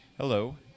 Hello